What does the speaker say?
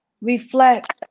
reflect